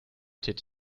did